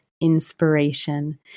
Inspiration